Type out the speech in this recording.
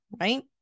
right